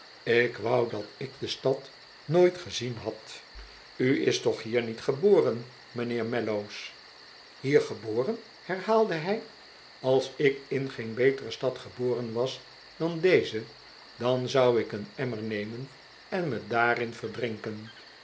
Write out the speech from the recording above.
ik wou dat ik de stad nooit gezien had u is toch hier niet geboren m'nheer mellows hier geboren herhaalde hij als ik in geen betere stad geboren was dan deze dan zou ik een emmer nemen en me daarin verdrinken